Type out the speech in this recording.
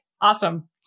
awesome